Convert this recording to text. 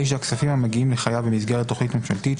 "(9)כספים המגיעים לחייב במסגרת תכנית ממשלתית,